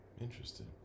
Interesting